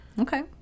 Okay